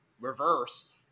reverse